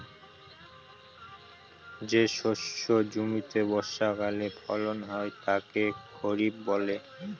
যে শস্য জমিতে বর্ষাকালে ফলন হয় তাকে খরিফ বলে